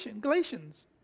Galatians